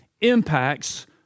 impacts